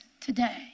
today